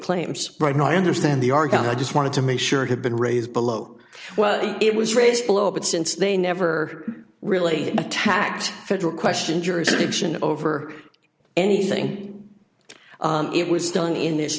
claims right now i understand the argument just wanted to make sure have been raised below well it was raised below but since they never really attacked federal question jurisdiction over any i think it was done in this